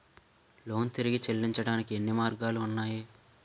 Loan తిరిగి చెల్లించటానికి ఎన్ని మార్గాలు ఉన్నాయి?